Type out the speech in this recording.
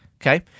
Okay